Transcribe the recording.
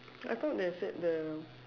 I thought they said the